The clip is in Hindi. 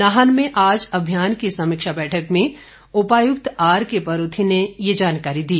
नाहन में आज अभियान की समीक्षा बैठक में उपायुक्त आरकेपरूथी ने जानकारी दी